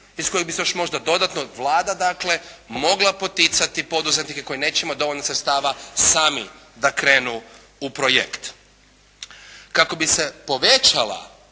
iz kojeg bi se još možda dodatno Vlada dakle mogla poticati poduzetnike koji neće imati dovoljno sredstava sami da krenu u projekt. Kako bi se povećala